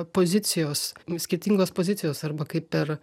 pozicijos skirtingos pozicijos arba kaip per